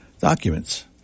documents